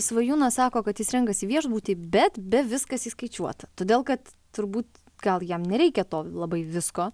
svajūnas sako kad jis renkasi viešbutį bet be viskas įskaičiuota todėl kad turbūt gal jam nereikia to labai visko